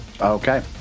Okay